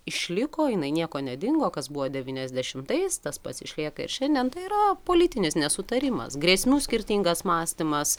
išliko jinai nieko nedingo kas buvo devyniasdešimtais tas pats išlieka ir šiandien tai yra politinis nesutarimas grėsmių skirtingas mąstymas